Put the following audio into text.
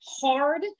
hard